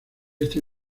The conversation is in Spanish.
este